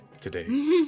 today